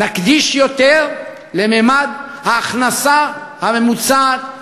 נקדיש יותר לממד ההכנסה הממוצעת,